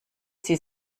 sie